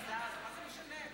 אז מה זה משנה?